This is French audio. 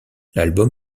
l’album